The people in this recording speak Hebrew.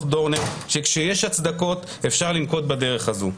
דורנר שכשיש הצדקות אפשר לנקוט בדרך הזו.